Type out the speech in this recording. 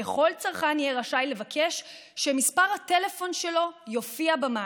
וכל צרכן יהיה רשאי לבקש שמספר הטלפון שלו יופיע במאגר.